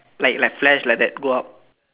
like like flash like that go out